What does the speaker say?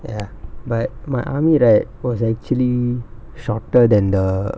ya but my army right was actually shorter than the